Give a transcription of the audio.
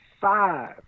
five